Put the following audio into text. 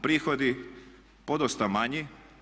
Prihodi podosta manji.